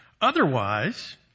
Otherwise